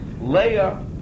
leah